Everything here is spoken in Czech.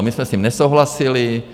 My jsme s tím nesouhlasili.